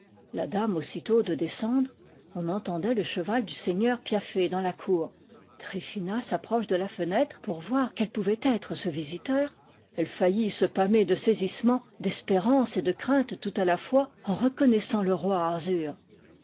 la dame aussitôt de descendre on entendait le cheval du seigneur piaffer dans la cour tryphina s'approcha de la fenêtre pour voir quel pouvait être ce visiteur elle faillit se pâmer de saisissement d'espérance et de crainte tout à la fois en re connaissant le roi arzur